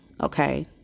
Okay